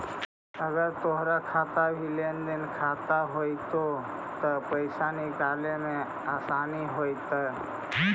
अगर तोर खाता भी लेन देन खाता होयतो त पाइसा निकाले में आसानी होयतो